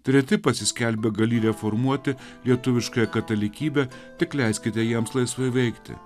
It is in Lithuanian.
treti pasiskelbę gali reformuoti lietuviškąją katalikybę tik leiskite jiems laisvai veikti